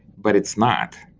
but it's not,